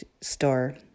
store